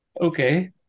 okay